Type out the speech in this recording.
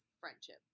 friendship